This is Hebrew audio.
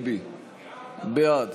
להעביר את הראשות לראש הממשלה הרזרבי בני גנץ.